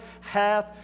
hath